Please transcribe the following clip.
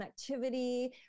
connectivity